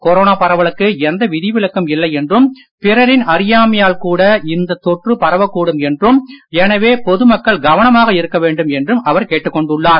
corona பரவலுக்கு எந்த விதிவிலக்கும் இல்லை என்றும் பிறரின் அறியாமையால் கூட இந்த தொற்று பரவக்கூடும் என்றும் எனவே பொதுமக்கள் கவனமாக இருக்க வேண்டும் என்றும் அவர் கேட்டுக் கொண்டுள்ளார்